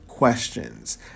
questions